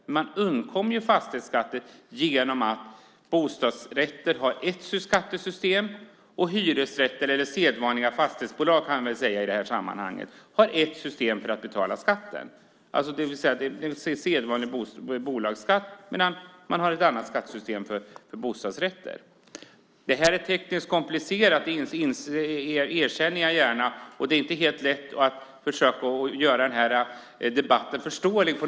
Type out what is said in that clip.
De undkommer ju fastighetsskatt genom att bostadsrätter har ett skattesystem, och hyresrätter, eller sedvanliga fastighetsbolag, har ett annat system för att betala skatten. Det är sedvanlig bolagsskatt, medan man har ett annat skattesystem för bostadsrätter. Det här är tekniskt komplicerat - det erkänner jag gärna - och det är inte helt lätt att försöka göra den här debatten förståelig.